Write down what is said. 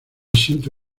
siente